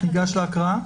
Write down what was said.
ניגש להקראה,